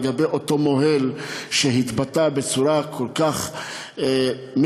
לגבי אותו מוהל שהתבטא בצורה כל כך מבישה,